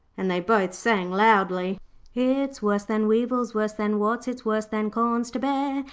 and they both sang loudly it's worse than weevils, worse than warts, it's worse than corns to bear.